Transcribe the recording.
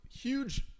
Huge